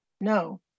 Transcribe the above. No